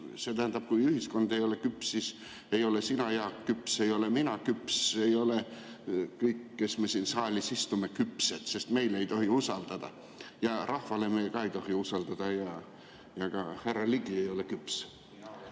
See tähendab, et kui ühiskond ei ole küps, siis ei ole sina, Jaak, küps, ei ole mina küps, kõik, kes me siin saalis istume, ei ole küpsed, sest meid ei tohi usaldada. Rahvale me ka ei tohi seda usaldada ja ka härra Ligi ei ole küps.